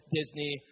Disney